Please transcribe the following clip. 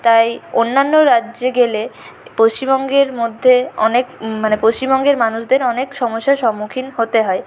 তাই অন্যান্য রাজ্যে গেলে পশ্চিমবঙ্গের মধ্যে অনেক মানে পশ্চিমবঙ্গের মানুষদের অনেক সমস্যার সম্মুখীন হতে হয়